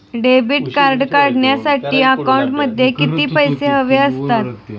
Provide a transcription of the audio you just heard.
Debit card काढण्यासाठी अकाउंटमध्ये किती पैसे हवे असतात?